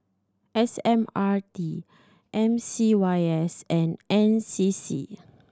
S M R T M C Y S and N C C